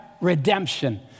redemption